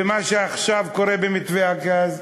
ומה שעכשיו קורה במתווה הגז,